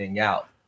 out